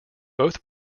both